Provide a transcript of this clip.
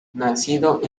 nacido